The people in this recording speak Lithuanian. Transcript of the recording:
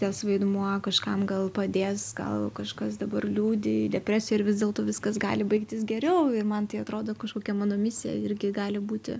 tas vaidmuo kažkam gal padės gal kažkas dabar liūdi depresija ir vis dėlto viskas gali baigtis geriau ir man tai atrodo kažkokia mano misija irgi gali būti